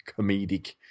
comedic